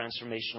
transformational